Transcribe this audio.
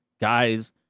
guys